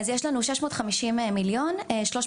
יש לנו כ-650 מיליוני שקלים,